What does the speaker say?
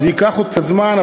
זה ייקח עוד קצת זמן,